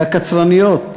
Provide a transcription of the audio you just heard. והקצרניות,